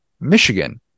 Michigan